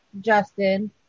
Justin